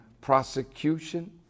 prosecution